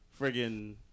friggin